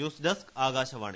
news desk Akashvani